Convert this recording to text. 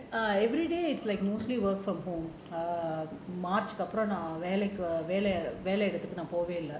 uh everyday is like mostly work from home err march க்கு அப்புறம் நான் வேலை வேலை இடத்துக்கு போகவே இல்ல:kku appuram naan velai velai idatthuku pogavae illa